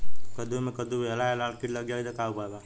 कद्दू मे कद्दू विहल या लाल कीट लग जाइ त का उपाय बा?